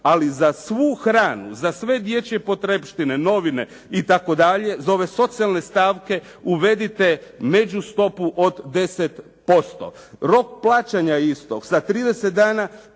Ali za svu hranu, za sve dječje potrepštine, novine itd. za ove socijalne stavke uvedite među stopu od 10%. Rok plaćanja isto sa 30 dana